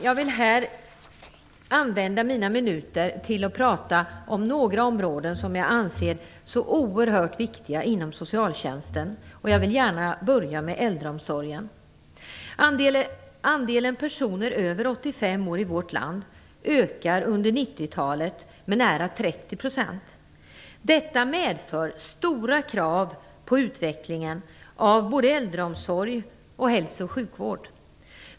Jag vill använda mina minuter till att prata om några områden som jag anser vara oerhört viktiga inom socialtjänsten. Jag vill gärna börja med äldreomsorgen. Andelen personer över 85 år i vårt land ökar under 90-talet med nära 30 %. Detta medför stora krav på utvecklingen av både äldreomsorg och hälso och sjukvård.